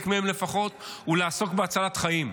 חלק מהם לפחות, הוא לעסוק בהצלת חיים,